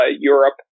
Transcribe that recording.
Europe